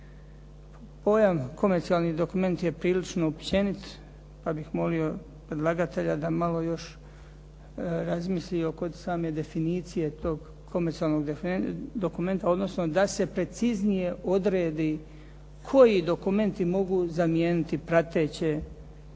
Pojam komercijalni dokument je prilično općenit pa bih molio predlagatelja da malo još razmisli oko same definicije tog komercijalnog dokumenta, odnosno da se preciznije odredi koji dokumenti mogu zamijeniti prateće trošarinske